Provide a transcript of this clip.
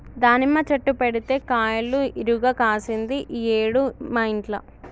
దానిమ్మ చెట్టు పెడితే కాయలు ఇరుగ కాశింది ఈ ఏడు మా ఇంట్ల